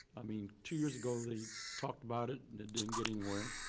i mean two years ago they talked about it and it didn't get anywhere.